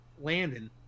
Landon